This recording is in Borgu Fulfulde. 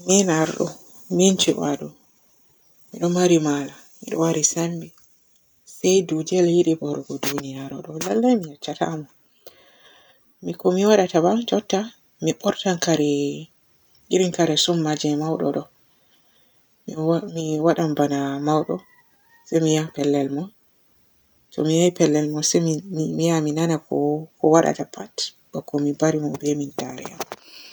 Min arɗo, min cuubaɗo, mi ɗon maari maala, mi ɗon maari sembe, se dujjal gel yiɗi waarugo dunuyaru ɗo, lallay mi yecca tamo. Ko mi waadata ba jutta mi burtan kare-irin kare tsumma je mauɗo ɗo, mi wada- mi waadan bana mauɗo, se mi ya pellel mo, to mi ye pellel mo se mi ya nana ko waada pat bako mi bari mo be mintare am.